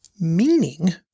meaning